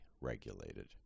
regulated